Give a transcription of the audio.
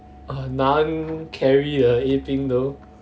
uh naeun carry the apink though